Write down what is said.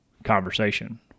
Conversation